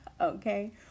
okay